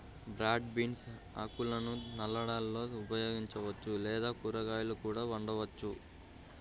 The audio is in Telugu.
బ్రాడ్ బీన్స్ ఆకులను సలాడ్లలో ఉపయోగించవచ్చు లేదా కూరగాయలా కూడా వండవచ్చు